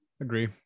agree